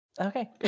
Okay